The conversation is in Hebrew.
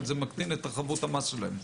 אבל זה מקטין את חבות המס שלהם.